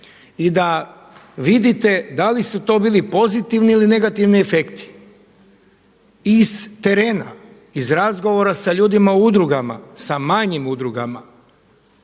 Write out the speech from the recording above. i da vidite da li su to bili pozitivni ili negativni efekti iz terena, iz razgovara sa ljudima u udrugama, sa manjim udrugama